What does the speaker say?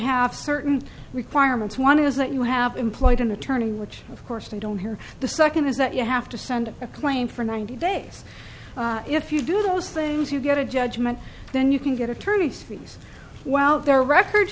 have certain requirements one is that you have employed an attorney which of course they don't hear the second is that you have to send a claim for ninety days if you do those things you get a judgment then you can get attorney's fees well their records